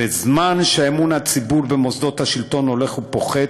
בזמן שאמון הציבור במוסדות השלטון הולך ופוחת,